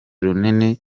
runini